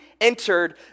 entered